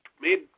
made